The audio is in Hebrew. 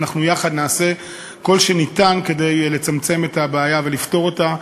ואנחנו יחד נעשה כל שניתן כדי לצמצם את הבעיה ולפתור אותה.